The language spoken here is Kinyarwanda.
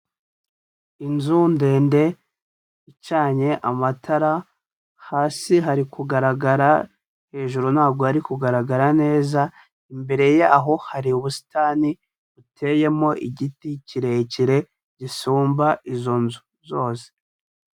Inzu ndende icanye amatara, hasi hari kugaragara hejuru ntabwo hari kugaragara neza, imbere yaho hari ubusitani buteyemo igiti kirekire gisumba izo nzu zose.